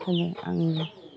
दिनै आंनि